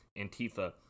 Antifa